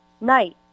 night